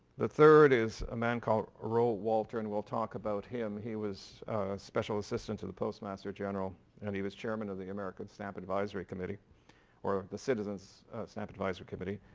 the third is a man called rohe walter and we'll talk about him, he was a special assistant to the postmaster general and he was chairman of the american stamp advisory committee or the citizens stamp advisory committee.